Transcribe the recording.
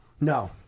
No